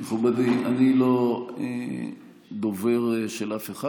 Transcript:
מכובדי, אני לא דובר של אף אחד.